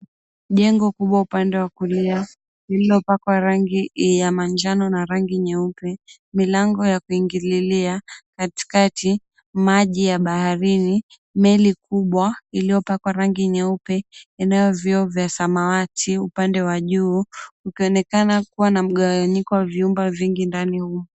Jengo kubwa upande wa kulia lililopakwa rangi ya manjano na nyeupe milango ya kuingililia, katikati maji ya baharini, meli kubwa iliyopakwa rangi nyeupe inayo vioo vya samawati upande wa juu ukionekana kuwa na mgawanyiko wa vyumba vingi.